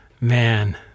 Man